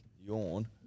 yawn